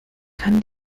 kann